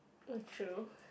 mm true